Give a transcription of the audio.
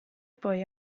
poi